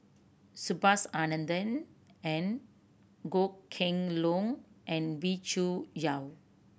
Subhas Anandan and Goh Kheng Long and Wee Cho Yaw